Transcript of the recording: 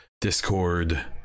Discord